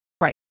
Right